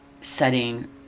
setting